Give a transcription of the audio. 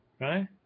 right